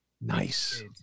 nice